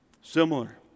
Similar